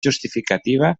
justificativa